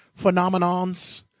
phenomenons